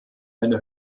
eine